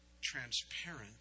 transparent